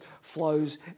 flows